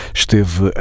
esteve